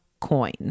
coin